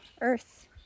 earth